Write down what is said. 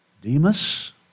Demas